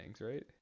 right